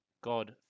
God